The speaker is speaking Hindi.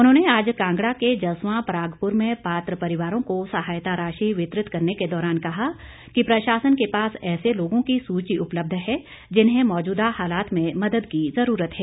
उन्होंने आज कांगड़ा के जसवां परागपुर में पात्र परिवारों को सहायता राशि वितरित करने के दौरान कहा कि प्रशासन के पास ऐसे लोगों की सूची उपलब्ध है जिन्हें मौजूदा हालात में मदद की ज़रूरत है